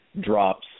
drops